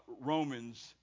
Romans